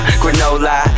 granola